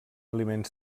aliment